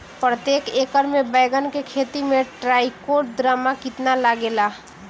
प्रतेक एकर मे बैगन के खेती मे ट्राईकोद्रमा कितना लागेला?